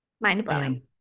mind-blowing